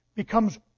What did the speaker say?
becomes